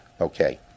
Okay